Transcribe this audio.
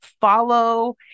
follow